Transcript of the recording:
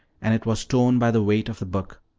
and it was torn by the weight of the book.